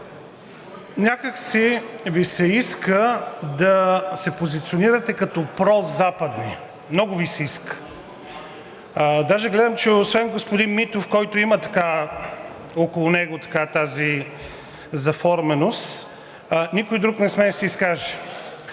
Някак си Ви се иска да се позиционирате като прозападни – много Ви се иска. Даже гледам, че освен господин Митов, който има около него така тази заформеност, никой друг не смее да се изкаже.